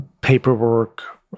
paperwork